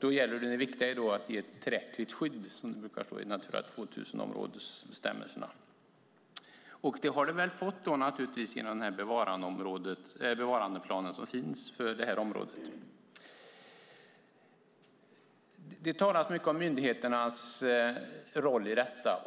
Det viktiga är då att ge tillräckligt skydd, som det brukar stå i Natura 2000-områdenas bestämmelser. Och det har de väl fått genom den bevarandeplan som finns för området. Det talas mycket om myndigheternas roll i detta.